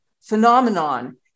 phenomenon